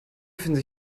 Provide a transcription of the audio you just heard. befinden